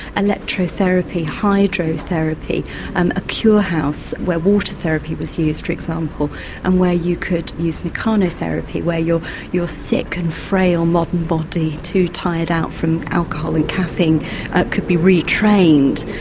electrotherapy, hydrotherapy and a cure house where water therapy was used for example and where you could use mechano-therapy where your your sick and frail modern body, too tired out from alcohol and caffeine could be retrained.